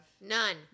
None